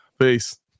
Peace